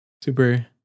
super